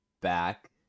back